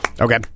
Okay